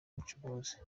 ubucuruzi